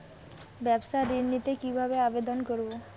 ব্যাবসা ঋণ নিতে কিভাবে আবেদন করব?